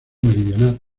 meridional